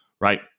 right